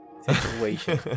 Situation